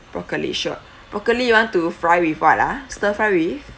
broccoli sure broccoli you want to fry with what ah stir fry with